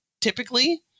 typically